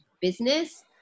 business